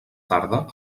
tarda